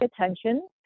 attention